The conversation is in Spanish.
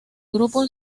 grupo